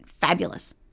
fabulous